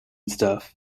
stuff